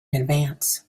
advance